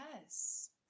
Yes